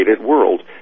world